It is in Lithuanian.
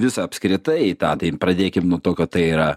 visą apskritai į tą tai pradėkim nuo to kad tai yra